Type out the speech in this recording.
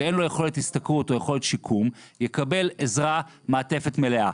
שאין לו יכולת השתכרות או יכולת שיקום יקבל עזרה מעטפת מלאה.